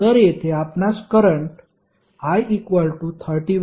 तर येथे आपणास करंट i 31